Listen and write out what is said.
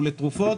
הוא לתרופות.